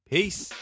Peace